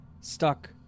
stuck